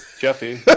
Jeffy